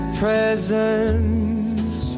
presents